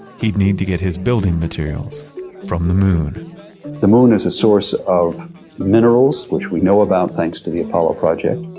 he'd need to get his building materials from the moon the moon is a source of minerals, which we know about thanks to the apollo project.